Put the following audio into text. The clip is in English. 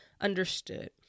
understood